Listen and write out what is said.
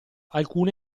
alcune